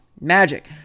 Magic